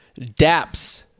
Daps